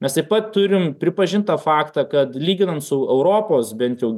mes taip pat turim pripažint tą faktą kad lyginant su europos bent jau